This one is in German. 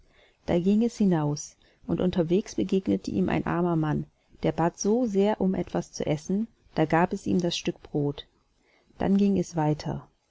da ging es hinaus und unterwegs begegnete ihm ein armer mann der bat es so sehr um etwas zu essen da gab es ihm das stück brod dann ging es weiter